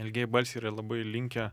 ilgieji balsiai yra labai linkę